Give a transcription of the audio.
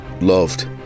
loved